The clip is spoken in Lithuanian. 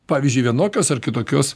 pavyzdžiui vienokios ar kitokios